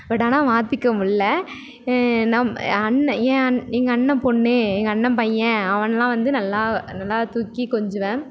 but ஆனால் மாற்றிக்க முடில்ல நம் என் அண்ணன் என் அண் எங்கள் அண்ணன் பொண்ணு எங்கள் அண்ணன் பையன் அவனெலாம் வந்து நல்லா நல்லா தூக்கி கொஞ்சுவேன்